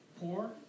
poor